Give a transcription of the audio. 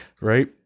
Right